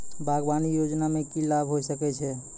बागवानी योजना मे की लाभ होय सके छै?